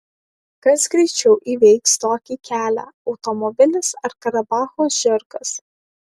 kas greičiau įveiks tokį kelią automobilis ar karabacho žirgas